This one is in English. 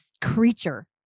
creature